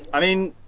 i mean,